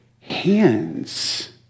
hands